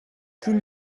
quin